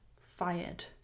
fired